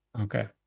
Okay